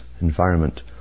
environment